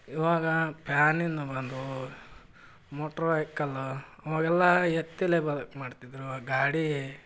ಇವಾಗ ಪ್ಯಾನಿನ ಬಂದವು ಮೋಟ್ರ್ ವೈಕಲ್ಲು ಅವಾಗೆಲ್ಲ ಎತ್ತಲ್ಲೇ ಬದ್ಕು ಮಾಡ್ತಿದ್ದರು ಗಾಡಿ